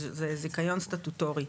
זה זיכיון סטטוטורי,